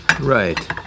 Right